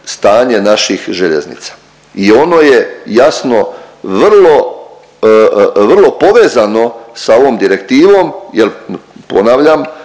stanje naših željeznica i ono je jasno vrlo povezano sa ovom direktivom, jer ponavljam